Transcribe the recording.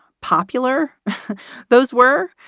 popular those were,